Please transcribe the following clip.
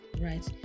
Right